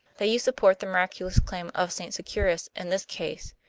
that you support the miraculous claims of st. securis in this case.